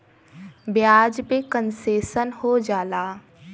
ब्याज पे कन्सेसन हो जाला